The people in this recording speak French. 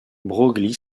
broglie